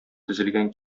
төзелгән